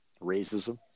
Racism